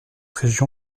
région